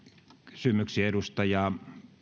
kysymyksiin edustaja